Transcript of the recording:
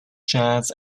jazz